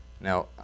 Now